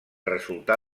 resultà